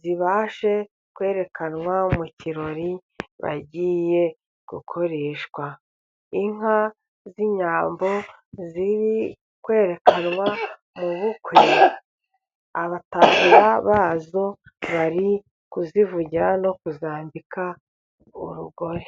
zibashe kwerekanwa mu kirori bagiye gukoresha. Inka z'inyambo ziri kwerekanwa mu bukwe abatahira bazo bari kuzivugira no kuzambika urugori.